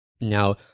Now